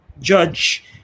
judge